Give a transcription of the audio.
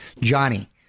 Johnny